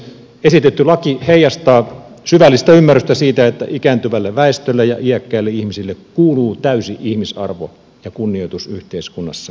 esitetty laki heijastaa syvällistä ymmärrystä siitä että ikääntyvälle väestölle ja iäkkäille ihmisille kuuluu täysi ihmisarvo ja kunnioitus yhteiskunnassa